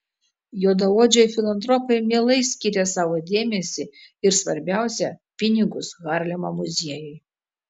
juodaodžiai filantropai mielai skyrė savo dėmesį ir svarbiausia pinigus harlemo muziejui